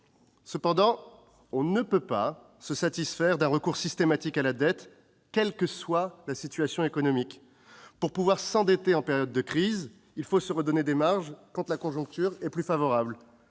Cependant, on ne peut se satisfaire d'un recours systématique à la dette, quelle que soit la situation économique : pour pouvoir s'endetter en période de crise, il faut se redonner des marges quand la conjoncture est plus favorable.